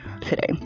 today